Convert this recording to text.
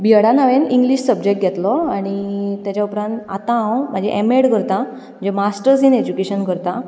बी एडान हांवें English subject घेतलो आनी ताचे उपरांत आतां हांव म्हजी एम एड करतां म्हणजे मास्टर्ज इन एज्युकेशन करतां